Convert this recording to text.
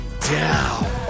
down